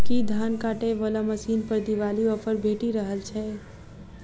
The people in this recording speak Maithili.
की धान काटय वला मशीन पर दिवाली ऑफर भेटि रहल छै?